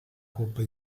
coppa